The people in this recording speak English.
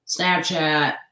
Snapchat